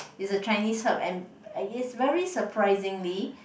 is a Chinese herb and it's very surprisingly